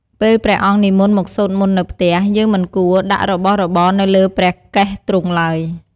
ពេលព្រះអង្គនិមន្តមកសូត្រមន្តនៅផ្ទះ យើងមិនគួរដាក់របស់របរនៅលើព្រះកេសទ្រង់ឡើយ។